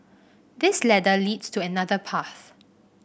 this ladder leads to another path